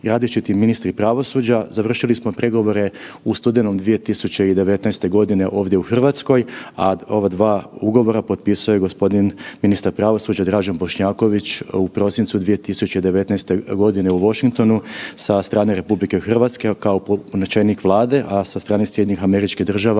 i različiti ministri pravosuđa završili smo pregovore u studenom 2019.g. ovdje u RH, a ova dva ugovora potpisuje g. ministar pravosuđa Dražen Bošnjaković u prosincu 2019.g. u Washingtonu sa strane RH kao opunomoćenik Vlade, a sa strane SAD-a glavni državi